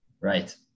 right